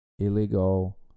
Illegal